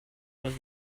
was